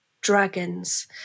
dragons